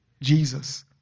Jesus